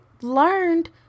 learned